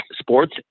sports